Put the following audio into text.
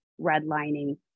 redlining